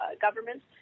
governments